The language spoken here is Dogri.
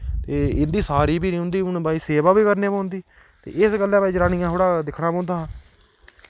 ते इं'दी सारी फिरी उं'दी हून भाई सेवा बी करने पौंदी ते इस गल्ला भाई जनानियां थोह्ड़ा दिक्खना पौंदा हा